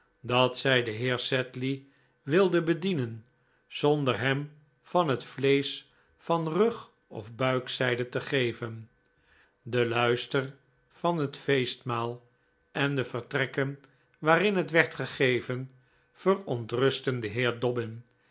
dat zij den heer sedley wilde bedienen zonder hem van het vleesch van rug of buikzijde te geven de luister van het feestmaal en de vertrekken waarin het werd gegeven verontrustten den heer